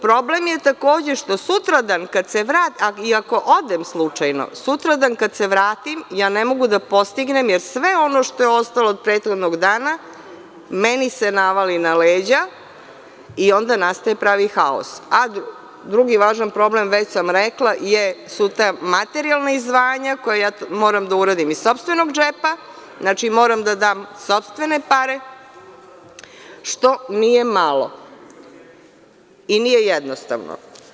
Problem je takođe što sutradan kada se vratim i ako odem slučajno sutradan kada se vratim ne mogu da postignem jer sve ono što je ostalo od prethodnog dana meni se navali na leđa di onda nastaje pravi haos, a drugi važan problem već sam rekla, jesu ta materijalna izdvajanja koja moram da izvadim iz sopstvenog džepa, znači moram da dam sopstvene pare što nije malo i nije jednostavno.